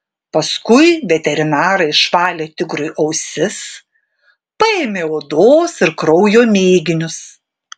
paskui veterinarai išvalė tigrui ausis paėmė odos ir kraujo mėginius